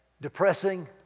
depressing